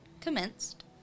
commenced